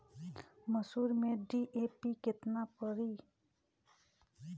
मसूर में डी.ए.पी केतना पड़ी?